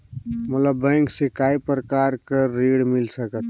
मोला बैंक से काय प्रकार कर ऋण मिल सकथे?